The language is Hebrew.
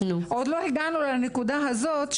עוד לא הגענו לנקודה הזאת,